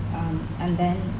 um and then